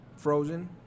Frozen